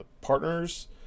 partners